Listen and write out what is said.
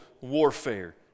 warfare